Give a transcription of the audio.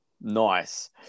nice